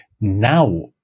Now